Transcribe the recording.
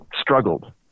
struggled